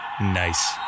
Nice